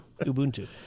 Ubuntu